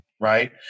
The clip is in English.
right